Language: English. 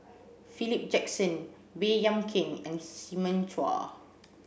Philip Jackson Baey Yam Keng and Simon Chua